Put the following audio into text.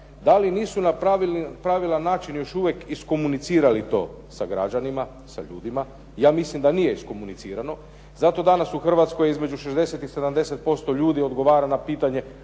da li nisu na pravilan način još uvijek iskomunicirali to sa građanima, sa ljudima, ja mislim da nije iskomunicirano. Zato danas u Hrvatskoj između 60 i 70% ljudi odgovara na pitanje